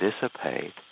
dissipate